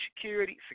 security